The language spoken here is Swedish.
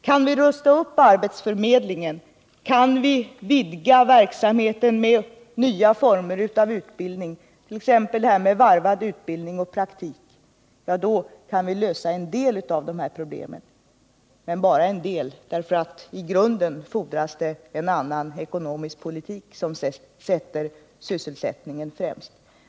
Kan vi rusta upp arbetsförmedlingen, kan vi vidga verksamheten med nya former av utbildning, t.ex. varvad utbildning och praktik, då kan vi lösa en del av de här problemen — men bara en del för i grunden fordras det en annan ekonomisk politik som sätter sysselsättningen främst.